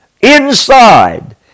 inside